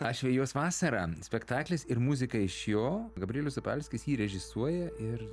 aš vejuos vasarą spektaklis ir muzika iš jo gabrielius zapalskis jį režisuoja ir